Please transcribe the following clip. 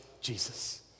Jesus